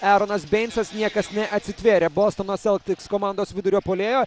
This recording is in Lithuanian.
eronas beincas niekas neatsitvėrė bostono celtics komandos vidurio puolėjo